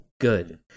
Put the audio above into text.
good